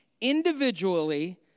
individually